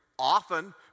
Often